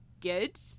good